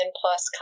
plus